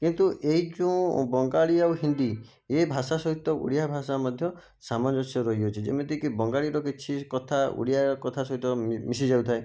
କିନ୍ତୁ ଏହି ଯେଉଁ ବଙ୍ଗାଳୀ ଆଉ ହିନ୍ଦୀ ଏ ଭଷା ସହିତ ଓଡ଼ିଆ ଭାଷା ମଧ୍ୟ ସାମଞ୍ଜସ୍ୟ ରହିଅଛି ଯେମିତିକି ବଙ୍ଗଳୀର କିଛି କଥା ଓଡ଼ିଆର କଥା ସହିତ ମିମିଶି ଯାଉଥାଏ